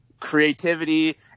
creativity